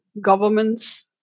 governments